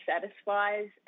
satisfies